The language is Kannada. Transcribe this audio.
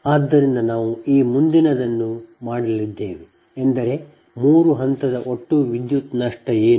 ಆದ್ದರಿಂದ ನಾವು ಈ ಮುಂದಿನದನ್ನು ಮಾಡಲಿದ್ದೇವೆ ಎಂದರೆ 3 ಹಂತದ ಒಟ್ಟು ವಿದ್ಯುತ್ ನಷ್ಟ ಏನು